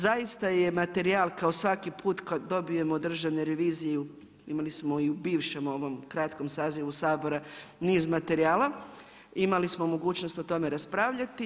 Zaista je materijal kao svaki put kad dobijemo Državnu reviziju, imali smo i u bivšem ovom kratkom sazivu Sabora niz materijala, imali smo mogućnost o tome raspravljati.